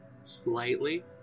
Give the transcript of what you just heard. Slightly